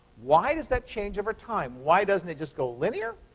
why does that change over time? why doesn't it just go linear?